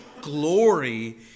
glory